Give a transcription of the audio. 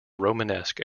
romanesque